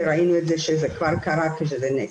וראינו שזה כבר קרה כשזה נעשה.